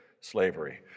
slavery